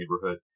neighborhood